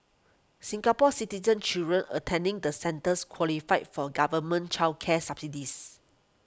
Singapore Citizen children attending the centres qualify for government child care subsidies